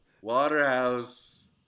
Waterhouse